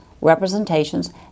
representations